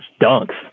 dunks